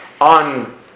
on